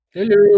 Hello